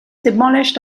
demolished